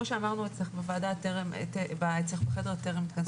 שהכותרת שלה היא עטיית מסיכה.